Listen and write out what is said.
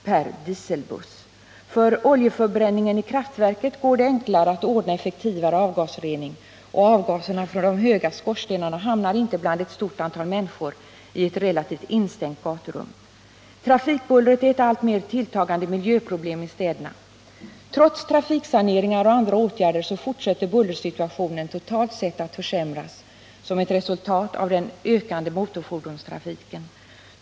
per dieselbuss. För oljeförbränningen i kraftverk går det enklare att ordna en effektiv avgasrening, och avgaserna från de höga skorstenarna hamnar inte bland ett stort antal människor i ett relativt instängt gaturum. Trafikbullret är ett alltmer tilltagande miljöproblem i städerna. Trots trafiksaneringar och andra åtgärder fortsätter bullersituationen totalt sett att försämras som ett resultat av den ökande motorfordonstrafiken.